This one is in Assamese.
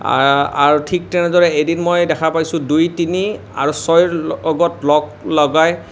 আৰু ঠিক তেনেদৰে এদিন মই দেখা পাইছোঁ দুই তিনি আৰু ছয়ৰ লগত লগ লগাই